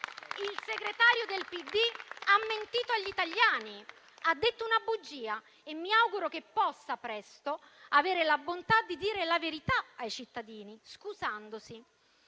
Il segretario del PD ha mentito agli italiani. Ha detto una bugia e mi auguro che possa presto avere la bontà di dire la verità ai cittadini, scusandosi.